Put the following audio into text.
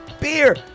Beer